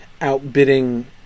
outbidding